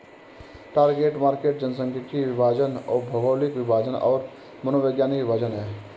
target market जनसांख्यिकीय विभाजन, भौगोलिक विभाजन और मनोवैज्ञानिक विभाजन हैं